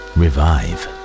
revive